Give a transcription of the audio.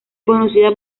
conocida